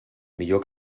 millor